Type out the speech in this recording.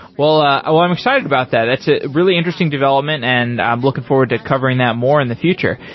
well, i'm excited about that. that's a really interesting development and i'm looking forward to covering that more in the future.